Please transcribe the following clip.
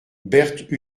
berthe